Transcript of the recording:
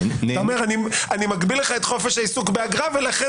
אתה אומר: אני מגביל לך את חופש העיסוק באגרה ולכן